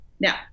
Now